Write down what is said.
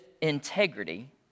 integrity